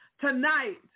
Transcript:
tonight